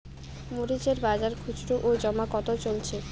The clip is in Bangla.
মরিচ এর বাজার খুচরো ও জমা কত চলছে?